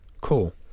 cool